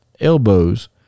elbows